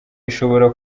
ishobora